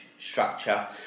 structure